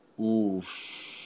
Oof